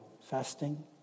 fasting